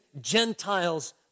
Gentiles